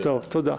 תודה.